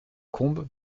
combes